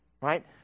Right